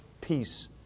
peace